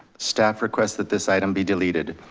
staff request that this item be deleted.